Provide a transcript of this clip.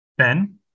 Ben